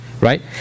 right